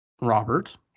robert